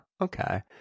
okay